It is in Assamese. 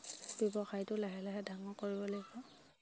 ব্যৱসায়টো লাহে লাহে ডাঙৰ কৰিব লাগিব